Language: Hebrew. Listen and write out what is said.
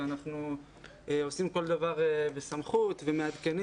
אנחנו עושים כל דבר בסמכות ומעדכנים